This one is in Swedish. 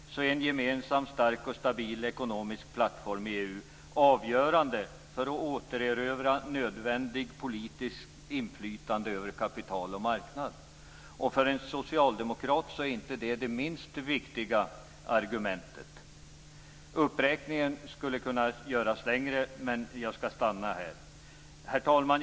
En gemensam, stark och stabil ekonomisk plattform i EU är avgörande för att återerövra nödvändigt politiskt inflytande över kapital och marknad. Detta är för en socialdemokrat inte det minst viktiga argumentet. Uppräkningen skulle kunna göras längre, men jag skall stanna här. Herr talman!